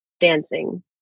dancing